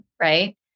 right